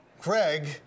Craig